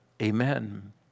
Amen